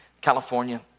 California